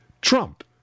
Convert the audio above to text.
Trump